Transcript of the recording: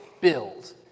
build